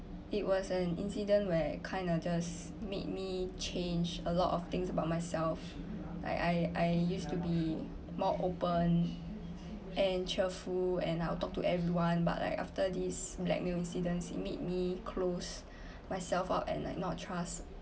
it was an incident where kind of just made me change a lot of things about myself like I I used to be more open and cheerful and I'll talk to everyone but like after this blackmail incident it made me close myself out and like not trust